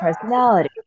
personality